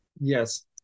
Yes